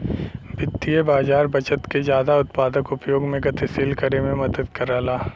वित्तीय बाज़ार बचत के जादा उत्पादक उपयोग में गतिशील करे में मदद करला